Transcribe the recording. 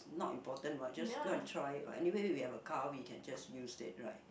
not important what just go and try it what anyway we have a car we can just use it right